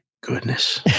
goodness